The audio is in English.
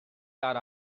that